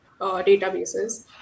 databases